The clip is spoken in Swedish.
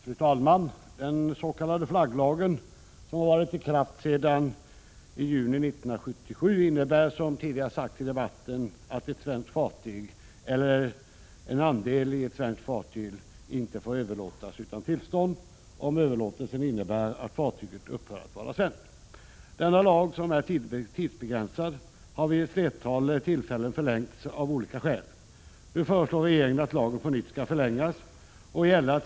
Fru talman! Den ss.k. flagglagen, som varit i kraft sedan juni 1977, innebär som tidigare sagts i debatten, att ett svenskt fartyg eller andel däri icke får överlåtas utan tillstånd, om överlåtelsen innebär att fartyget upphör att vara svenskt. Denna lag, som är tidsbegränsad, har vid ett flertal tillfällen förlängts av olika skäl. Nu föreslår regeringen att lagen på nytt skall förlängas att gälla t.